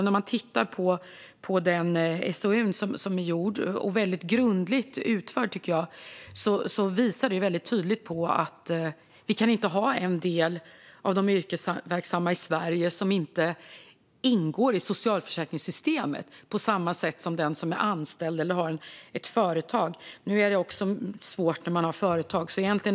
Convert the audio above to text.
När man tittar på den SOU som är gjord - jag anser att den är mycket grundligt utförd - visar den mycket tydligt att vi inte kan ha det på ett sådant sätt att en del av de yrkesverksamma i Sverige inte ingår i socialförsäkringssystemet på samma sätt som de som är anställda eller de som har ett företag. Det är svårt även om man har ett företag.